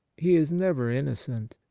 he is never innocent.